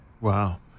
Wow